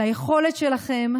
על היכולת שלכם.